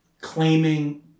claiming